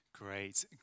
Great